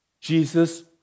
Jesus